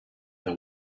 the